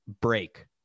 break